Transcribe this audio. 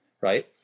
right